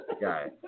guy